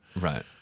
right